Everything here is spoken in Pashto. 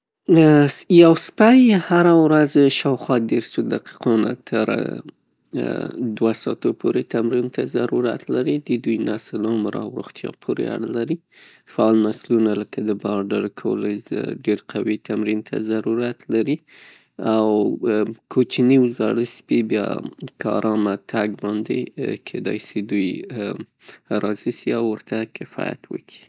یو سپی سره ورځ شاوخوا دیرشو دقیقو نه تر دوه ساعتو پورې تمرین ته ضرورت لري. د دوی نسل، عمر او روغتیا پوره اړه لري. فعال نسلونه لکه د پارډر کولیز ډیر قوي تمرین ته ضرورت لري او کوچني زاړه سپي بیا ارامه تګ باندې کیدی شي دوی راضي او ورته کفایت وکي.